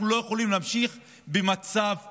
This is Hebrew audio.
אנחנו לא יכולים להמשיך במצב כזה.